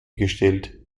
gestellt